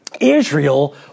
Israel